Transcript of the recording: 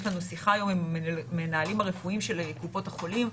יש לנו שיחה היום עם מנהלים הרפואיים של קופות החולים.